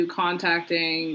contacting